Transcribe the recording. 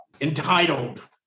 entitled